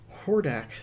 Hordak